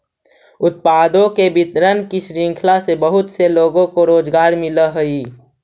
उत्पादों के वितरण की श्रृंखला से बहुत से लोगों को रोजगार मिलअ हई